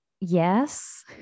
Yes